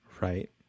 Right